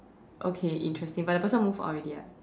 okay interesting but the person moved out already ah